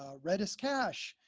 ah redis cache.